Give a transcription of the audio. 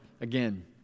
again